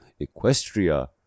Equestria